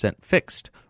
fixed